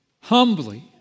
humbly